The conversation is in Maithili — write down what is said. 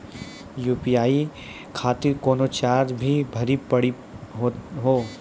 यु.पी.आई खातिर कोनो चार्ज भी भरी पड़ी हो?